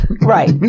Right